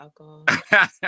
alcohol